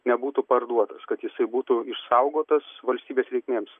nebūtų parduotas kad jisai būtų išsaugotas valstybės reikmėms